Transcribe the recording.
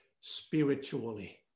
spiritually